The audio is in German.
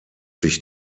sich